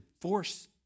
force